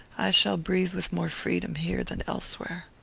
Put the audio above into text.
i shall breathe with more freedom here than elsewhere.